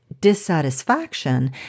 dissatisfaction